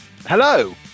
Hello